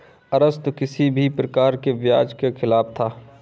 अरस्तु किसी भी प्रकार के ब्याज के खिलाफ था